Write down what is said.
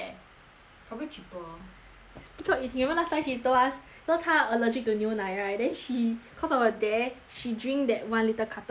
probably cheaper because you know last time she told us you know 她 allergic to 牛奶 right then she cause of a dare she drink that one litre carton of 牛奶